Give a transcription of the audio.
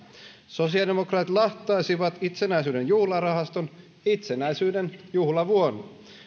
sosiaalidemokraatit lahtaisivat itsenäisyyden juhlarahaston itsenäisyyden juhlavuonna